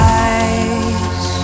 eyes